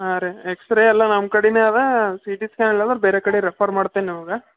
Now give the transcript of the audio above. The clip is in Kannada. ಹಾಂ ರೀ ಎಕ್ಸ್ರೇ ಎಲ್ಲ ನಮ್ಮ ಕಡೆನೇ ಅದ ಸಿ ಟಿ ಸ್ಕ್ಯಾನ್ ಎಲ್ಲ ಆದ್ರೆ ಬೇರೆ ಕಡೆ ರೆಫರ್ ಮಾಡ್ತೀನಿ ನಿಮಗೆ